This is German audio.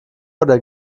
oder